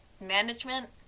management